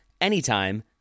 anytime